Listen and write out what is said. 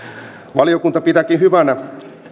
valiokunta pitääkin hyvänä